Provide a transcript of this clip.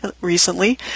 recently